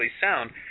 sound